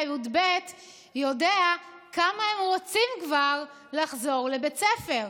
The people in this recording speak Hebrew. י"ב יודע כמה הם רוצים כבר לחזור לבית ספר.